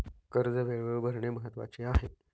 कर्ज वेळेवर भरणे महत्वाचे आहे